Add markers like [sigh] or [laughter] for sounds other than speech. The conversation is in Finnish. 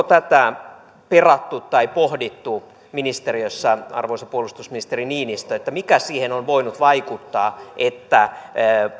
[unintelligible] tätä perattu tai pohdittu ministeriössä arvoisa puolustusministeri niinistö mikä siihen on voinut vaikuttaa että